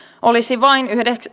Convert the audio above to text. olisi vain